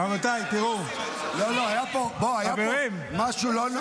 רבותיי, תראו -- לא, לא, בוא, היה פה משהו.